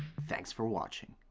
thanks for watching.